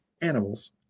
animals